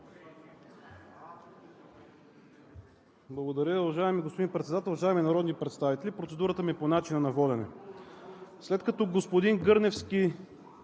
уважаеми господин Председател. Уважаеми народни представители! Процедурата ми е по начина на водене. След като господин Гърневски